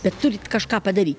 bet turit kažką padaryt